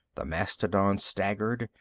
the mastodon staggered,